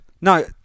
No